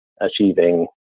achieving